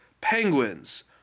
penguins